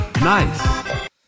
Nice